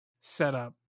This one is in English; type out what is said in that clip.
setup